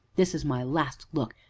this is my last look,